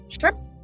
sure